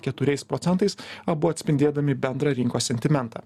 keturiais procentais abu atspindėdami bendrą rinkos sentimentą